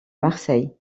marseille